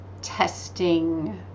testing